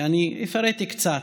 ואני אפרט קצת,